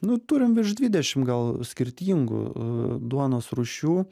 nu turim virš dvidešim gal skirtingų duonos rūšių